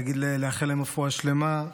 לאחל להם רפואה שלמה,